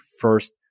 first